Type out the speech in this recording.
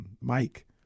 Mike